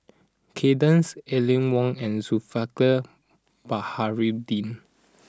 Kay Das Aline Wong and Zulkifli Baharudin